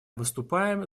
выступаем